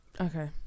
Okay